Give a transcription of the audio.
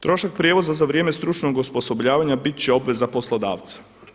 Trošak prijevoza za vrijeme stručnog osposobljavanja bit će obveza poslodavca.